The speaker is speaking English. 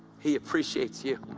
he appreciates you.